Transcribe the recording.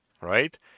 right